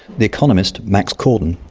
the economist, max corden,